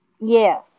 Yes